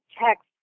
text